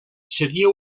seria